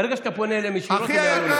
ברגע שאתה פונה אליהם ישירות הם יענו לך.